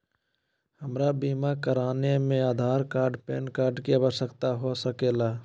हमरा बीमा कराने में आधार कार्ड पैन कार्ड की आवश्यकता हो सके ला?